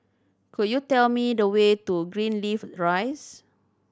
could you tell me the way to Greenleaf Rise